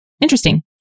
Interesting